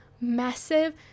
massive